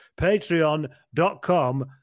Patreon.com